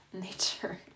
nature